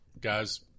Guys